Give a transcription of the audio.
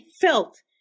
felt